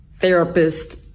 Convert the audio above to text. therapist